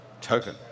Token